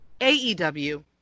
AEW